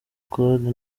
claude